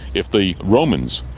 if the romans,